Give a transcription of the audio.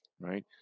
right